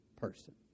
person